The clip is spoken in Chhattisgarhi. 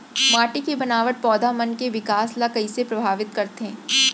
माटी के बनावट पौधा मन के बिकास ला कईसे परभावित करथे